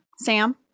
Sam